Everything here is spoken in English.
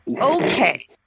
Okay